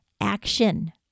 Action